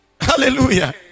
Hallelujah